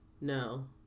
No